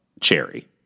Cherry